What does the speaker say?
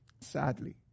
Sadly